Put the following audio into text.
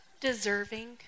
deserving